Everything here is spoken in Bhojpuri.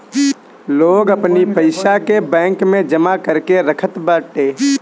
लोग अपनी पईसा के बैंक में जमा करके रखत बाटे